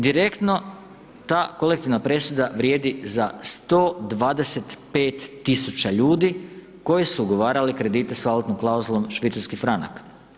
Direktno ta kolektivna presuda vrijedi za 125 tisuća ljudi, koji su ugovarali kredite s valutnom klauzulom švicarski franak.